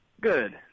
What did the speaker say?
Good